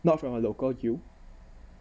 not from a local U